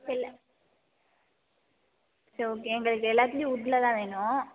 இல்லை சரி ஓகே எங்களுக்கு எல்லாத்திலையும் வுட்டில் தான் வேணும்